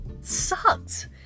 sucked